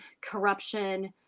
corruption